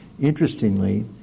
Interestingly